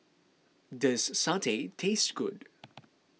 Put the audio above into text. does Satay taste good